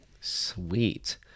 Sweet